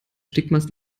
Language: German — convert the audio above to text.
stigmas